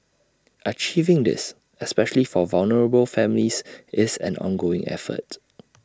achieving this especially for vulnerable families is an ongoing effort